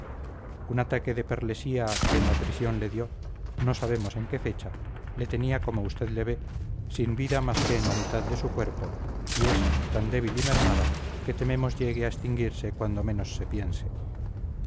un ataque de perlesía que en la prisión le dio no sabemos en qué fecha le tenía como usted le ve sin vida más que en la mitad de su cuerpo y esa tan débil y mermada que tememos llegue a extinguirse cuando menos se piense